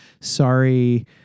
Sorry